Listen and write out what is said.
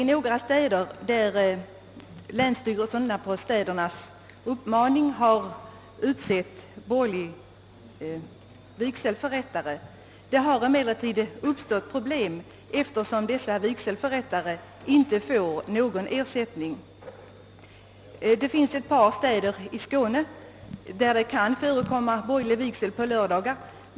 I några städer har länsstyrelserna efter framställning från städerna utsett borgerlig vigselförrättare. Det har emellertid uppstått problem på grund av att dessa vigselförrättare inte får någon ersättning. Det finns ett par städer i Skåne, där det kan förekomma borgerlig vigsel på lördagar.